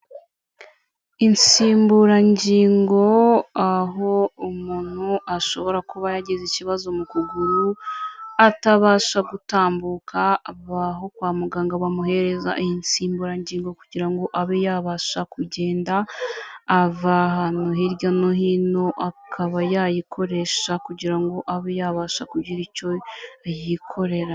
Insimburangingo aho umuntu ashobora kuba yagize ikibazo mukuguru atabasha gutambuka abaho kwa muganga bamuhereza in nsimburangingo kugira ngo abe yabasha kugenda ava ahantu hirya no hino akaba yayikoresha kugira ngo abe yabasha kugira icyo yikorera.